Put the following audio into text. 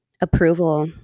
approval